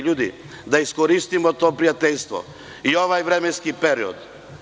Ljudi, da iskoristimo to prijateljstvo i ovaj vremenski period.